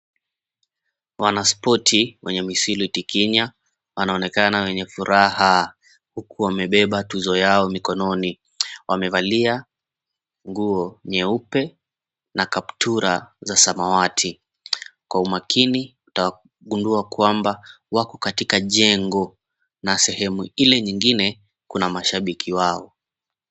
Wanaspoti wenye misuli tikinya wanaonekana wenye furaha huku wamebeba tuzo yao mikononi. Wamevalia nguo nyeupe na kaptura za samawati. Kwa umakini utagundua kwamba wako katika jengo na sehemu ile nyingine kuna mashabiki wao.